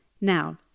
Now